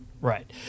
right